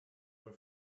were